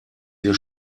wir